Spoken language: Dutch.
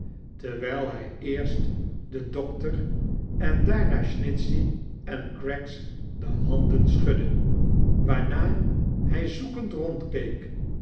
terwfjl hij eerst dein doctor en daarna snitchey en craggs de handen schudde waarna hij zoekend rondkeek